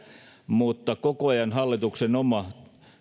mutta koko ajan hallituksen oma